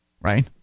Right